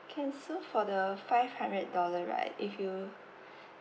can so for the five hundred dollar right if you